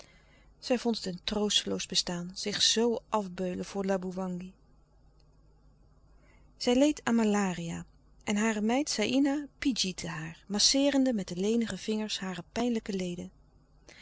zij vond het een troosteloos bestaan zich zoo afbeulen voor laboewangi zij leed aan malaria en hare meid saïna pidjiette haar masseerende met de lenige vingers hare pijnlijke leden